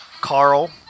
Carl